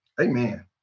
Amen